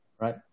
right